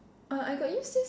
uh I got use this